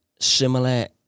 similar